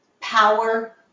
power